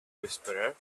whisperer